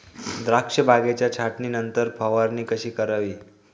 द्राक्ष बागेच्या छाटणीनंतर फवारणी कशी करावी?